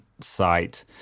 site